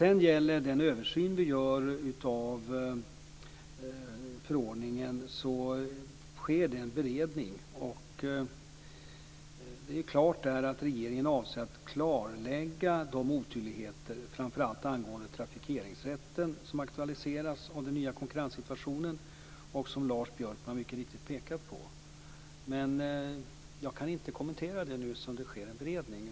Vad gäller den översyn vi gör av förordningen sker det en beredning. Klart är att regeringen avser att klarlägga de otydligheter framför allt angående trafikeringsrätten som aktualiseras av den nya konkurrenssituationen och som Lars Björkman mycket riktigt pekar på. Men jag kan inte kommentera det nu eftersom det sker en beredning.